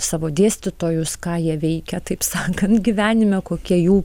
savo dėstytojus ką jie veikia taip sakant gyvenime kokie jų